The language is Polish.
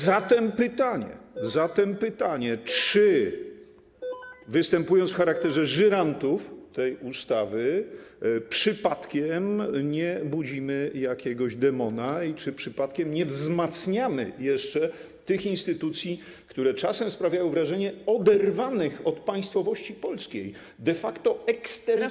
Zatem pytanie: Czy występując w charakterze żyrantów tej ustawy, przypadkiem nie budzimy jakiegoś demona i czy przypadkiem nie wzmacniamy jeszcze tych instytucji, które czasem sprawiają wrażenie oderwanych od państwowości polskiej, de facto eksterytorialnych.